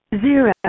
Zero